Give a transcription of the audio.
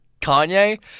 Kanye